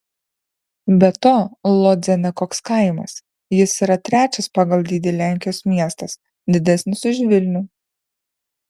be to lodzė ne koks kaimas jis yra trečias pagal dydį lenkijos miestas didesnis už vilnių